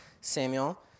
Samuel